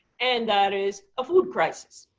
and that is a food crisis.